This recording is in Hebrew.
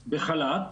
בחל"ת,